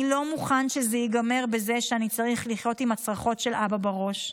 אני לא מוכן שזה ייגמר בזה שאני צריך לחיות עם הצרחות של אבא בראש.